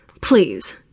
Please